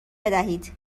بدهید